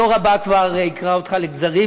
הדור הבא כבר יקרע אותך לגזרים,